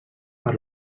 per